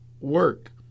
work